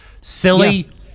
silly